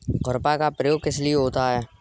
खुरपा का प्रयोग किस लिए होता है?